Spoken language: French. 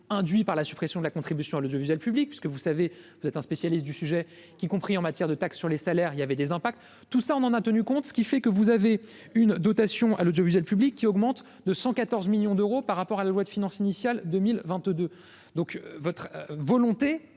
induit par la suppression de la contribution à l'audiovisuel public, parce que vous savez, vous êtes un spécialiste du sujet, qu'y compris en matière de taxe sur les salaires, il y avait des impacts tout ça, on en a tenu compte, ce qui fait que vous avez une dotation à l'audiovisuel public qui augmente de 114 millions d'euros par rapport à la loi de finances initiale 2022 donc votre volonté